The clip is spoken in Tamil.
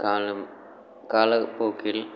காலம் காலப்போக்கில்